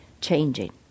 changing